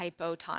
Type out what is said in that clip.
hypotonic